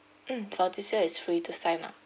mm for this year is free to sign up